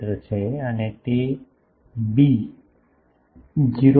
મી છે અને તે બી 0